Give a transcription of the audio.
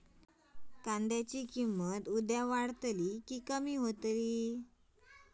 कांद्याची किंमत उद्या वाढात की कमी होईत?